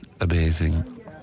amazing